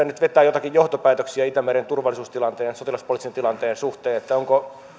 nyt vetää joitakin johtopäätöksiä itämeren turvallisuustilanteen sotilaspoliittisen tilanteen suhteen